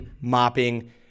mopping